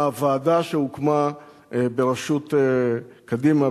הוועדה שהוקמה בראשות קדימה,